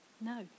no